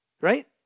Right